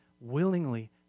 willingly